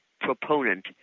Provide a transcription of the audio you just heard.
proponent